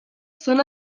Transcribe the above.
són